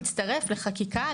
נצטרף לחקיקה,